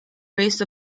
based